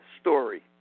story